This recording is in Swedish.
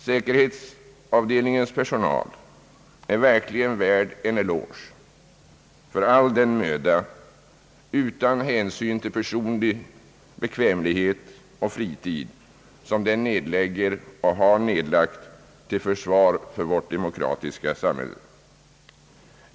Säkerhetsavdelningens personal är verkligen värd en eloge för all den möda som den utan hänsyn till personlig bekvämlighet och fritid nedlägger och har nedlagt till försvar för vårt demokratiska samhälle.